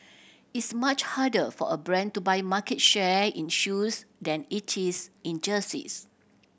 it's much harder for a brand to buy market share in shoes than it is in jerseys